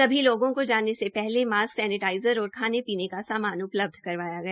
सभी लोगों को जाने से पहले मासक सैनेटाइज़र और खाने पीने का सामान उपलब्ध करवाया गया